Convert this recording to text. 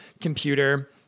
computer